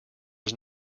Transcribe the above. was